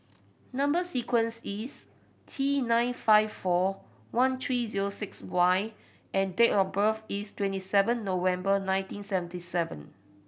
number sequence is T nine five four one three zero six Y and date of birth is twenty seven November nineteen seventy seven